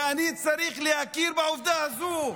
ואני צריך להכיר בעובדה הזו.